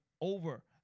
over